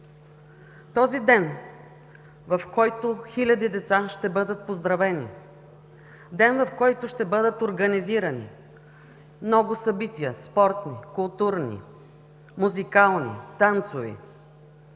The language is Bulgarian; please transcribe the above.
Този ден, в който хиляди деца ще бъдат поздравени, ден, в който ще бъдат организирани много събития – спортни, културни, музикални, танцови